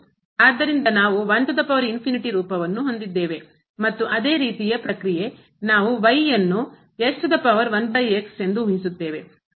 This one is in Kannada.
ಆದ್ದರಿಂದ ನಾವು ರೂಪವನ್ನು ಹೊಂದಿದ್ದೇವೆ ಮತ್ತು ಅದೇ ರೀತಿಯ ಪ್ರಕ್ರಿಯೆ ನಾವು ಯನ್ನು ಲಾಗರಿಥಮಿಕ್ ತೆಗೆದುಕೊಳ್ಳಿ